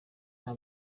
aba